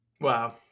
wow